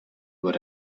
would